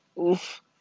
Oof